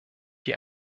die